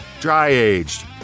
dry-aged